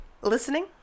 listening